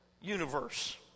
universe